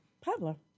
Pablo